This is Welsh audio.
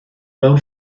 mewn